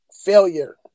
Failure